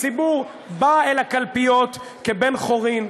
הציבור בא אל הקלפיות כבן חורין,